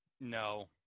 No